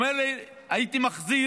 הוא אומר לי, הייתי מחזיר